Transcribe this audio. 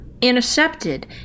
intercepted